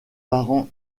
parents